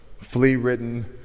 Flea-ridden